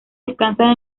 descansan